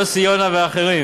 יוסי יונה ואחרים,